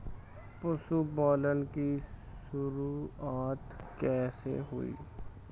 पशुपालन की शुरुआत कैसे हुई?